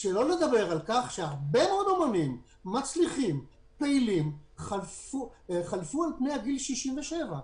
שלא לדבר על כך שהרבה מאוד אומנים מצליחים ופעילים חלפו על פני גיל 67,